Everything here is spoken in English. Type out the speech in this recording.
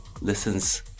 listens